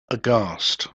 aghast